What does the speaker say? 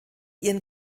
ihren